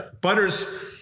Butters